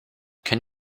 can